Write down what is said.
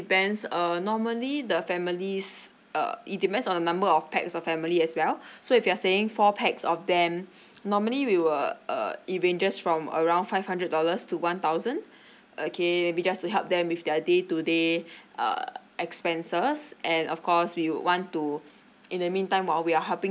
depends uh normally the families uh it depends on the number of pax a family as well so if you are saying four pax of them normally we will uh it ranges from around five hundred dollars to one thousand okay maybe just to help them with their day to day err expenses and of course we would want to in the meantime while we are helping